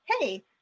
hey